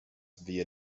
via